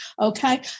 okay